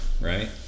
right